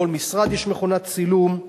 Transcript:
בכל משרד יש מכונת צילום.